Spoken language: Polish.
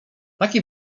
taki